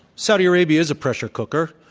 saudi arabia is a pressure cooker,